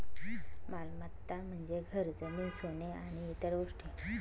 मालमत्ता म्हणजे घर, जमीन, सोने आणि इतर गोष्टी